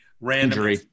random